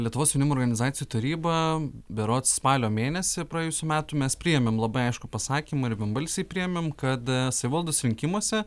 lietuvos jaunimo organizacijų taryba berods spalio mėnesį praėjusių metų mes priėmėm labai aiškų pasakymą ir vienbalsiai priėmėm kad savivaldos rinkimuose